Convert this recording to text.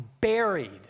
buried